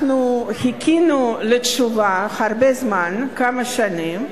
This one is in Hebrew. חיכינו לתשובה הרבה זמן, כמה שנים,